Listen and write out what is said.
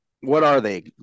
what-are-they